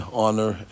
honor